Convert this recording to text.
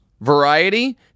Variety